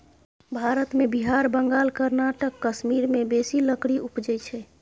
भारत मे बिहार, बंगाल, कर्नाटक, कश्मीर मे बेसी लकड़ी उपजइ छै